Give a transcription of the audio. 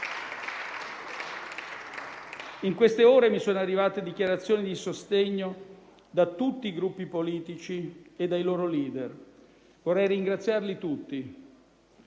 In queste ore mi sono arrivate dichiarazioni di sostegno da tutti i gruppi politici e dai loro *leader*. Vorrei ringraziarli tutti.